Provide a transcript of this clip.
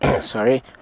sorry